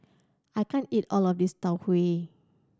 I can't eat all of this Tau Huay